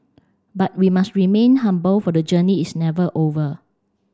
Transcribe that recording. but we must remain humble for the journey is never over